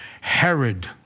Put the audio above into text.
Herod